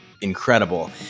incredible